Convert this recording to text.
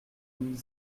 huit